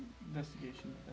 Investigation